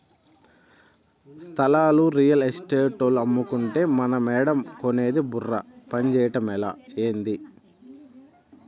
స్థలాలు రియల్ ఎస్టేటోల్లు అమ్మకంటే మనమేడ కొనేది బుర్ర పంజేయటమలా, ఏంది